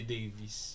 Davis